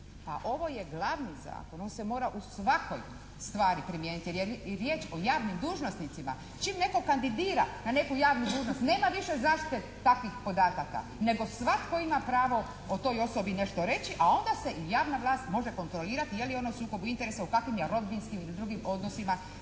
A ovo je glavni zakon. On se mora u svakoj stvari primijeniti. Jer je riječ o javnim dužnosnicima. Čim netko kandidira na neku javnu dužnost nema više zaštite takvih podataka, nego svatko ima pravo o toj osobi nešto reći, a onda se javna vlast može kontrolirati je li ono u sukobu interesa, u kakvim je rodbinskim i drugim odnosima